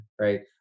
right